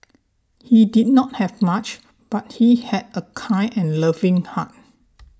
he did not have much but he had a kind and loving heart